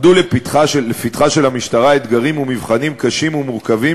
עמדו לפתחה של המשטרה אתגרים ומבחנים קשים ומורכבים,